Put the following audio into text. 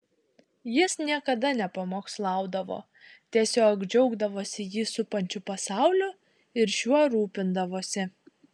jis niekada nepamokslaudavo tiesiog džiaugdavosi jį supančiu pasauliu ir šiuo rūpindavosi